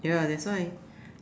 ya that's why